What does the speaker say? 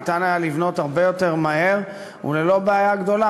ניתן היה לבנות הרבה יותר מהר וללא בעיה גדולה,